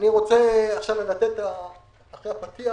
אחרי הפתיח